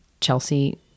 Chelsea